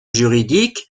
juridique